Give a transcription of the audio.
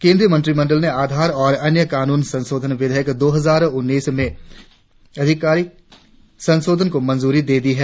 केंद्रीय मंत्रिमंडल ने आधार और अन्य कानून संशोधन विधेयक दो हजार उन्नीस में आधिकारिक संशोधनों को मंजूरी दे दी है